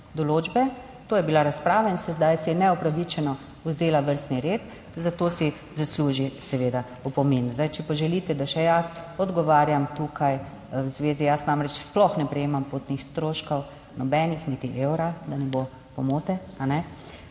določbe. To je bila razprava in se zdaj si je neupravičeno vzela vrstni red, zato si zasluži seveda opomin. Zdaj, če pa želite, da še jaz odgovarjam tukaj v zvezi, jaz namreč sploh ne prejemam potnih stroškov nobenih, niti evra, da ne bo pomote, a ne.